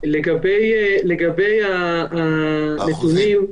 לגבי האחוזים,